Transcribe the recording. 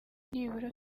nibura